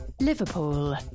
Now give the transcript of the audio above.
Liverpool